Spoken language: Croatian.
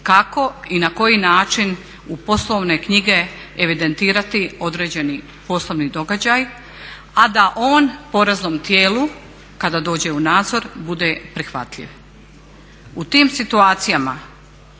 kako i na koji način u poslovne knjige evidentirati određeni poslovni događaj, a da on poreznom tijelu kada dođe u nadzor bude prihvatljiv. U tim situacijama